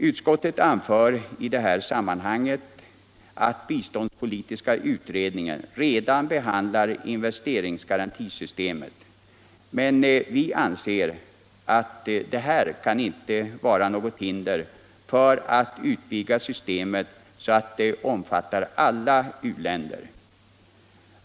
Utskottet anför i det här sammanhanget att biståndspolitiska utredningen redan behandlar investeringsgarantisystemet, men vi anser att det inte kan vara något hinder för att utvidga systemet så att det omfattar alla u-länder.